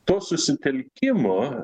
to susitelkimo